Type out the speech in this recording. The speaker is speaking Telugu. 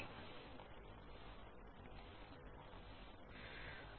LINSYS1 DESKTOPPublicggvlcsnap 2016 02 29 09h50m33s131